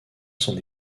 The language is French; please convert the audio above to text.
son